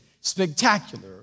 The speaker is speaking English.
spectacular